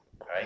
right